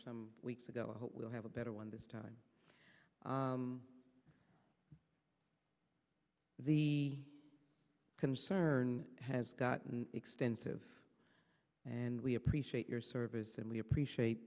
some weeks ago i hope we'll have a better one this time the concern has gotten extensive and we appreciate your service and we appreciate